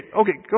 okay